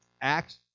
Acts